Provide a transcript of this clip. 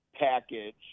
package